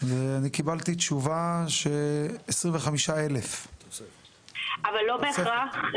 ואני קיבלתי תשובה 25,000. אבל לא בהכרח,